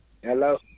Hello